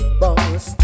boss